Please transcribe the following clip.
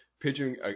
pigeon